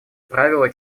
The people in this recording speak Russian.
правила